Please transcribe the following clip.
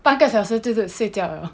半个小时就睡觉 liao